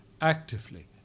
actively